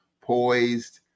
poised